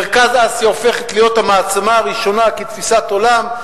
מרכז אסיה הופכת להיות המעצמה הראשונה כתפיסת עולם,